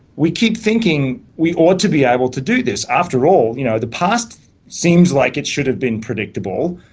we keep thinking we ought to be able to do this. after all, you know the past seems like it should have been predictable,